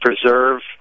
preserve